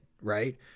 right